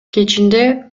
кечинде